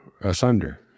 asunder